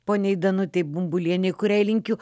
poniai danutei bumbulienei kuriai linkiu